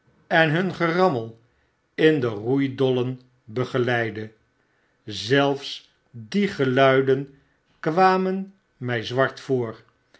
en hun gerarnmel in de roeidollen begeleidde zelfs die geluiden kwamen my zwart voor